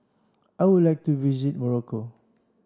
I would like to visit Morocco